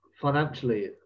financially